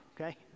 okay